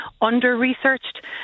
under-researched